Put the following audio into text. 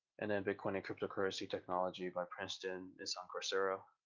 and then bitcoin and cryptocurrency technology by princeton is on coursera,